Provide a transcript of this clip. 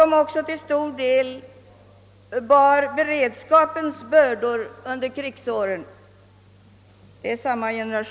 De bar även till stor del beredskapsbördorna under krigsåren.